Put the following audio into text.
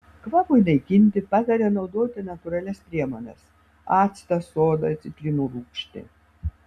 kvapui naikinti patarė naudoti natūralias priemones actą sodą citrinų rūgštį